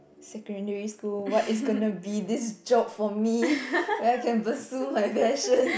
secondary school what is going be this job for me when I can pursue my passion